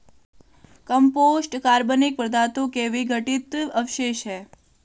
compost कार्बनिक पदार्थों के विघटित अवशेष हैं